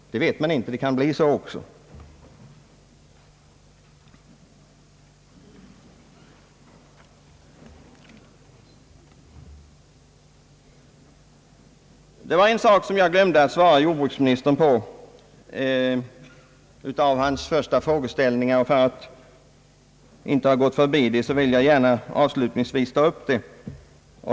Ja därom vet man ingenting — så kan också bli fallet. Jag glömde att svara jordbruksministern på en av hans första frågor, och för att inte gå förbi den vill jag gärna ta upp den.